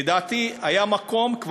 לדעתי היה מקום,